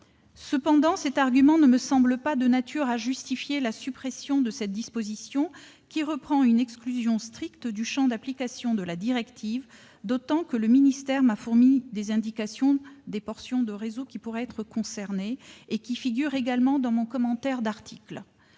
Cependant, cet argument ne me semble pas de nature à justifier la suppression de cette disposition, qui reprend une exclusion stricte du champ d'application de la directive, d'autant que le ministère m'a fourni des indications sur les portions de réseaux qui pourraient être concernées. Je les ai d'ailleurs fait figurer dans mon rapport. Il s'agit en